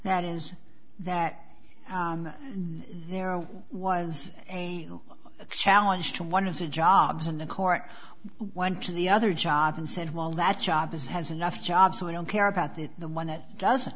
that is that there was a challenge to one of the jobs in the court went to the other job and said well that job is has enough jobs and i don't care about that the one that does